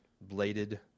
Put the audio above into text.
bladed